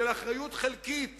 של אחריות חלקית